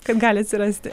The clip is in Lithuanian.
kad gali atsirasti